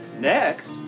Next